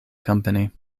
company